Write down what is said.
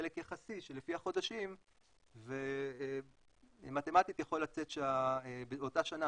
חלק יחסי לפי החודשים ומתמטית יכול לצאת שבאותה שנה,